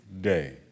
day